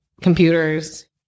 computers